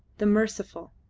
the merciful!